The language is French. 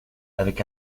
avec